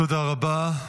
תודה רבה.